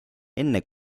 enne